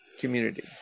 community